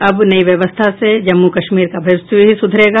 अब नई व्यवस्था से जम्मू कश्मीर का भविष्य भी सुधरेगा